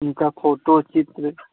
उनका फ़ोटो चित्र